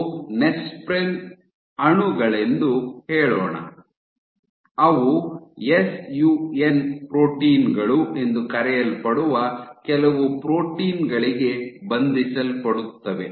ಇವು ನೆಸ್ಪ್ರಿನ್ ಅಣುಗಳೆಂದು ಹೇಳೋಣ ಅವು ಎಸ್ಯುಎನ್ ಪ್ರೋಟೀನ್ ಗಳು ಎಂದು ಕರೆಯಲ್ಪಡುವ ಕೆಲವು ಪ್ರೋಟೀನ್ ಗಳಿಗೆ ಬಂಧಿಸಲ್ಪಡುತ್ತವೆ